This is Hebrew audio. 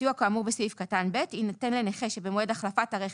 סיוע כאמור בסעיף קטן (ב) יינתן לנכה שבמועד החלפת הרכב